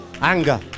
Anger